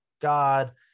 God